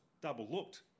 double-looked